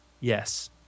Yes